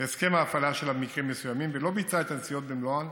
והסכם ההפעלה שלה במקרים מסוימים ולא ביצעה את הנסיעות במלואן,